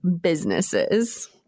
businesses